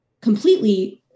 completely